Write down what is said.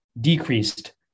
decreased